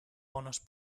bones